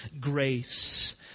grace